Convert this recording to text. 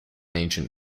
ancient